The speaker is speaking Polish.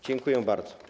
Dziękuję bardzo.